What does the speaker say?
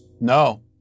No